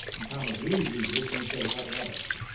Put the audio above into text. and thomas reid reads this and he says, what rubbish.